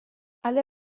alde